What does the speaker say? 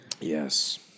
Yes